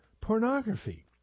pornography